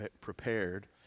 prepared